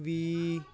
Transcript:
ਵੀ